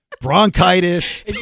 bronchitis